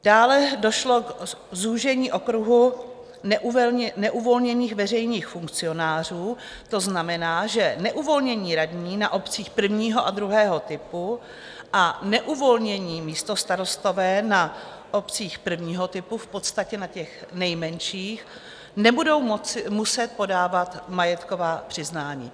Dále došlo k zúžení okruhu neuvolněných veřejných funkcionářů, to znamená, že neuvolnění radní na obcích prvního a druhého typu a neuvolnění místostarostové na obcích prvního typu v podstatě na těch nejmenších, nebudou muset podávat majetková přiznání.